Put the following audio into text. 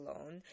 alone